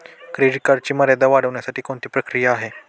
Credit कार्डची मर्यादा वाढवण्यासाठी कोणती प्रक्रिया आहे?